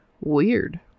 weird